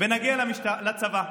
ונגיע לצבא.